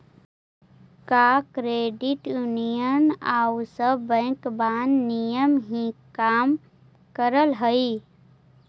का credit union आउ सब बैंकबन नियन ही काम कर हई?